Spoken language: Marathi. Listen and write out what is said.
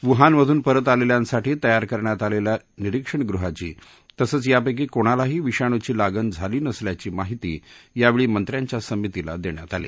वुहानमधून परत आलेल्यांसाठी तयार करण्यात आलेल्या निरीक्षणगृहाची तसंच यापैकी कोणालाही विषाणूची लागण झाली नसल्याची माहिती यावेळी मंत्र्यांच्या समितीला देण्यात आली